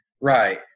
Right